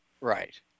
Right